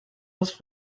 was